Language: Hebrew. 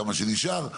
כמה שנשאר.